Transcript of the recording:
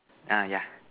ah yeah